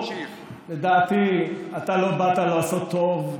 לדעתי אתה לא באת לעשות טוב,